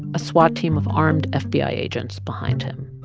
a swat team of armed ah fbi ah agents behind him.